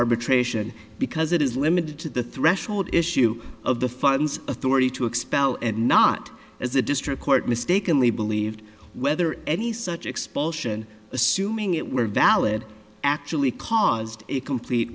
arbitration because it is limited to the threshold issue of the filings authority to expel and not as a district court mistakenly believed whether any such expulsion assuming it were valid actually caused a complete